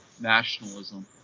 nationalism